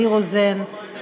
ניר רוזן,